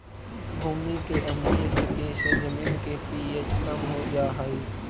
भूमि के अम्लीय स्थिति से जमीन के पी.एच कम हो जा हई